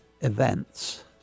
events